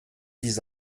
dix